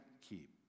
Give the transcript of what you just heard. keep